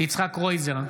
יצחק קרויזר,